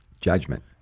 judgment